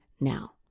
now